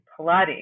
Pilates